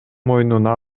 мойнуна